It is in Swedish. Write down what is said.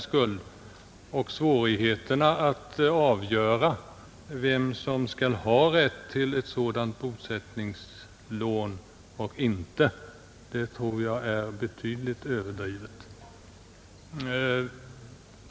Svårigheterna att avgöra vem som skall ha rätt till ett sådant bosättningslån tror jag är betydligt överdrivna.